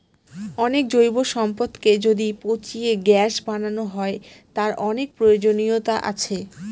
অনেক জৈব সম্পদকে যদি পচিয়ে গ্যাস বানানো হয়, তার অনেক প্রয়োজনীয়তা আছে